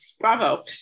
bravo